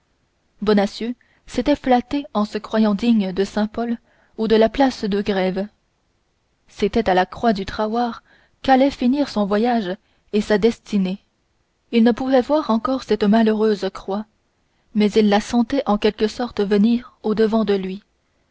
bonacieux s'était flatté en se croyant digne de saint-paul ou de la place de grève c'était à la croix du trahoir qu'allaient finir son voyage et sa destinée il ne pouvait voir encore cette malheureuse croix mais il la sentait en quelque sorte venir au-devant de lui